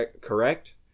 correct